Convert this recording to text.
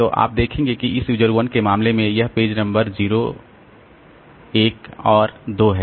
तो आप देखेंगे कि इस यूज़र 1 के मामले में यह पेज नंबर 0 1 और 2 है